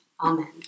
Amen